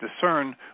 discern